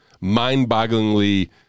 mind-bogglingly